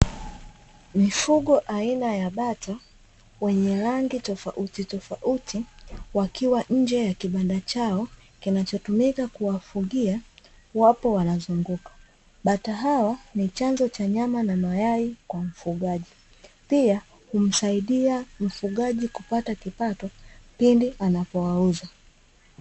Mifugo aina ya bata wenye rangi tofauti tofauti wakiwa nje ya kibanda chao kinacho tumika kuwafugia wapo wanazunguka. Bata hao ni chanzo cha nyama na mayai kwa mfugaji pia humsaidia mfugaji kupata kipato pindi anapo wauza.